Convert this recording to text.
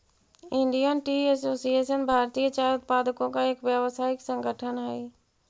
Indian tea association भारतीय चाय उत्पादकों का एक व्यावसायिक संगठन हई